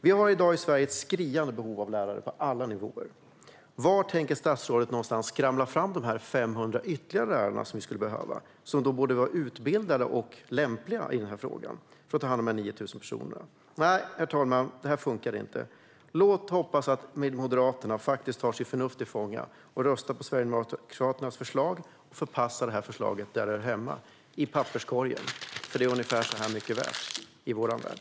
Vi har i dag i Sverige ett skriande behov av lärare på alla nivåer. Varifrån tänker statsrådet skramla fram de 500 ytterligare lärare som vi skulle behöva och som borde vara utbildade och lämpliga att ta hand om de här 9 000 personerna? Nej, herr talman, det här funkar inte. Låt oss hoppas att Moderaterna tar sitt förnuft till fånga, röstar på Sverigedemokraternas förslag och förpassar regeringens förslag dit där det hör hemma - till papperskorgen. Så mycket värt är det i vår värld.